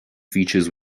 features